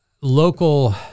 local